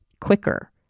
quicker